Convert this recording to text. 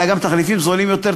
אלא גם תחליפים זולים יותר,